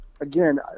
again